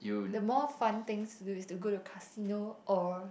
the more fun thing to do is to go to casino or